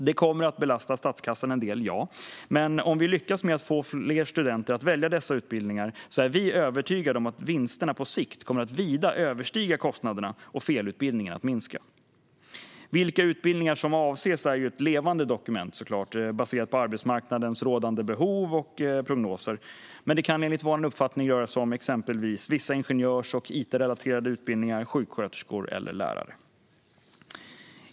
Det kommer att belasta statskassan en del, ja, men om vi lyckas med att få fler studenter att välja dessa utbildningar är vi övertygade om att vinsterna på sikt kommer att vida överstiga kostnaderna och felutbildningarna att minska. Vilka utbildningar som avses är ju såklart ett levande dokument baserat på arbetsmarknadens rådande behov och prognoser. Men det kan enligt vår uppfattning röra sig om exempelvis vissa ingenjörs och it-relaterade utbildningar, sjuksköterskor eller lärare.